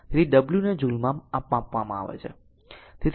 તેથી w ને joule માં માપવામાં આવે છે